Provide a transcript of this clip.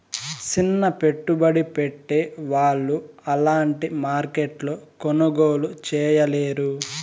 సిన్న పెట్టుబడి పెట్టే వాళ్ళు అలాంటి మార్కెట్లో కొనుగోలు చేయలేరు